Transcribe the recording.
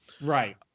Right